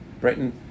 Britain